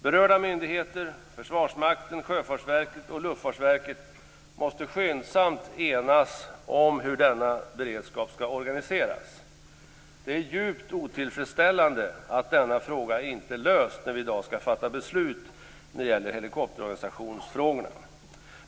Berörda myndigheter, Försvarsmakten, Sjöfartsverket och Luftfartsverket, måste skyndsamt enas om hur denna beredskap skall organiseras. Det är djupt otillfredsställande att denna fråga inte är löst när vi i dag skall fatta beslut när det gäller helikopterorganisationsfrågorna.